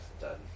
done